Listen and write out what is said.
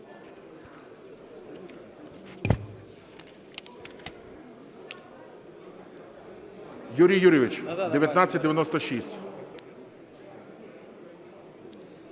Юрій Юрійович, 1996.